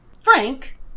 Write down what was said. Frank